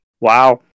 Wow